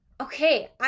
okay